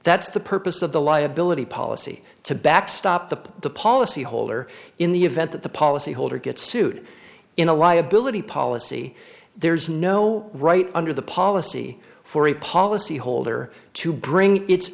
that's the purpose of the liability policy to backstop the the policy holder in the event that the policy holder gets sued in a liability policy there's no right under the policy for a policy holder to bring its